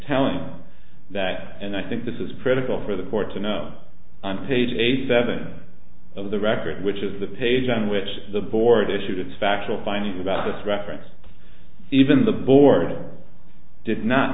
talent that and i think this is critical for the court to know on page eighty seven of the record which is the page on which the board issued its factual findings about this reference even the board did not